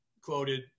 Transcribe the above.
quoted